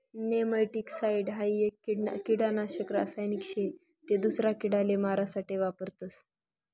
nematicide हाई एक किडानाशक रासायनिक शे ते दूसरा किडाले मारा साठे वापरतस